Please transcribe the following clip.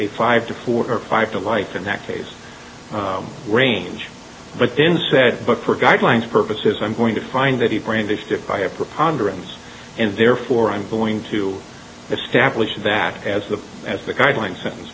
a five to four or five to life in that case range but then said but for guidelines purposes i'm going to find that he brandished it by a preponderance and therefore i'm going to establish that as the as the guideline sentence